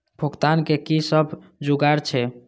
भुगतान के कि सब जुगार छे?